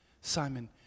Simon